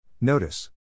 Notice